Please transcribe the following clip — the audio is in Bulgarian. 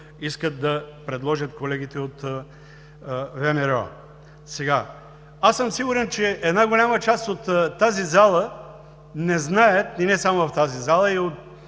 искат да предложат колегите от ВМРО. Аз съм сигурен, че една голяма част от тази зала и не само в тази зала, и